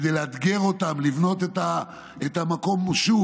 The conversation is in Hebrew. כדי לאתגר אותם לבנות את המקום שוב